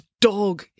dog